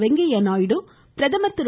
வெங்கய்யா நாயுடு பிரதமர் திரு